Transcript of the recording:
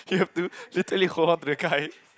you have to literally hold on to the car and